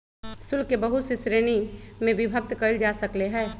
शुल्क के बहुत सी श्रीणिय में विभक्त कइल जा सकले है